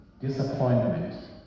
disappointment